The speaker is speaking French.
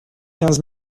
quinze